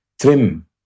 trim